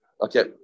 Okay